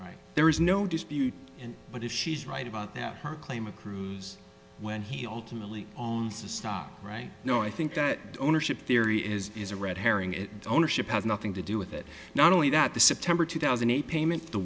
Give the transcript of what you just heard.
right there is no dispute and but if she's right about that her claim accrues when he ultimately owns the stock right now i think that ownership theory is is a red herring it ownership has nothing to do with it not only that the september two thousand a payment the